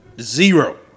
Zero